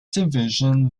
division